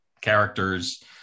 characters